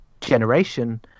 generation